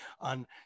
on